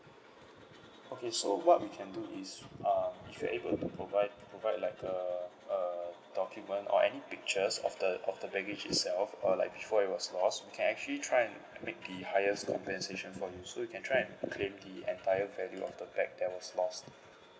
okay so what we can do is um if you're able to provide provide like a uh document or any pictures of the of the baggage itself uh like show it was lost we can actually try and make the highest compensation for you so you can try and claim the entire value of the bag that was lost